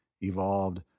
evolved